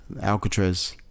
Alcatraz